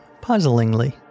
puzzlingly